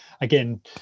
again